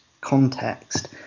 context